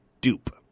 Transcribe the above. dupe